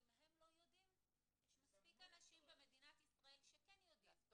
אם הם לא יודעים יש מספיק אנשים במדינת ישראל שכן יודעים.